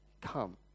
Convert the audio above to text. come